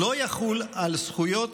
לא יחול על זכויות